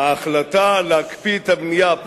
ההחלטה להקפיא את הבנייה,